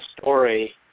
story